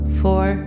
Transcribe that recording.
four